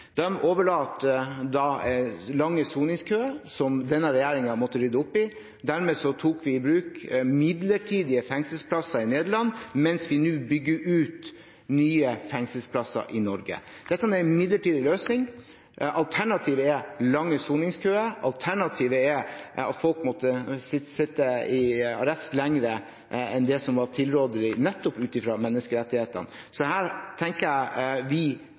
lange soningskøer, som denne regjeringen måtte rydde opp i. Dermed tok vi i bruk midlertidige fengselsplasser i Nederland mens vi nå bygger ut nye fengselsplasser i Norge. Dette er en midlertidig løsning. Alternativet er lange soningskøer. Alternativet er at folk måtte sitte i arrest lenger enn det som var tilrådelig nettopp ut fra menneskerettighetene. Så her tenker jeg at vi